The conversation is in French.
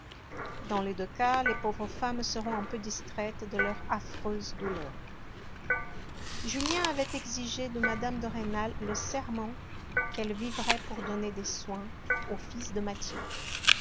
dans les deux cas les pauvres femmes seront un peu distraites de leur affreuse douleur julien avait exigé de mme de rênal le serment qu'elle vivrait pour donner des soins au fils de mathilde